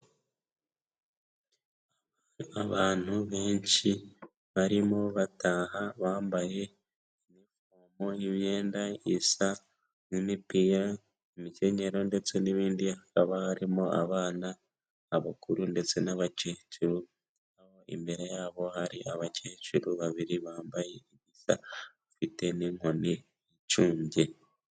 Abantu benshi barimo bataha bambaye imyenda isa n'imipira, imikenyero ndetse n'ibindi, hakaba harimo abana, abakuru ndetse n'abakecuru, aho imbere yabo hari abakecuru babiri bambaye neza bafite n'inkoni icumbye.